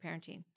parenting